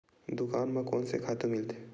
दुकान म कोन से खातु मिलथे?